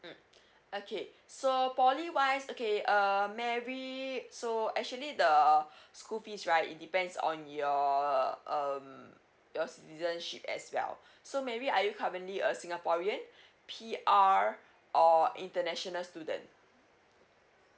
mm okay so P_O_L_Y wise okay err mary so actually the school fees right it depends on your um your citizenship as well so maybe are you currently a singaporean P_R or international student